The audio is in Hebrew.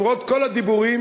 למרות כל הדיבורים,